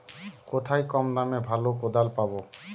কোথায় কম দামে ভালো কোদাল পাব?